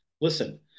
Listen